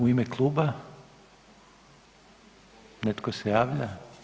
U ime kluba, netko se javlja?